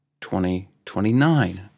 2029